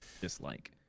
dislike